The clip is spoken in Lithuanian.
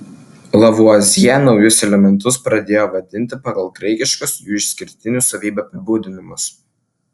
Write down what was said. lavuazjė naujus elementus pradėjo vadinti pagal graikiškus jų išskirtinių savybių apibūdinimus